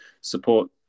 support